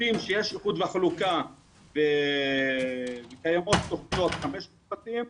בתים שיש ייחוד וחלוקה וקיימות תכניות, חמש בתים,